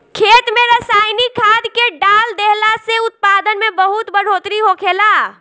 खेत में रसायनिक खाद्य के डाल देहला से उत्पादन में बहुत बढ़ोतरी होखेला